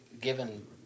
Given